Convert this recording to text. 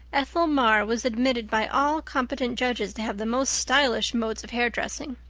ethel marr was admitted by all competent judges to have the most stylish modes of hair-dressing,